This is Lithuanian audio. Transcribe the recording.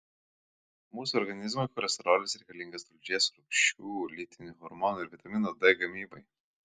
mūsų organizmui cholesterolis reikalingas tulžies rūgščių lytinių hormonų ir vitamino d gamybai